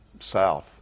south